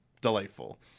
delightful